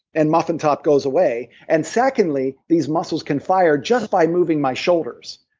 and muffin top goes away, and secondly, these muscles can fire just by moving my shoulders.